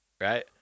right